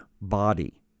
body